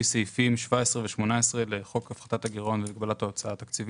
סעיפים 17 ו-18 לחוק הפחתת הגירעון והגבלת ההוצאה התקציבית.